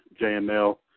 JML